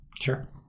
Sure